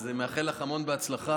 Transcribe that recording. אני מאחל לך המון בהצלחה.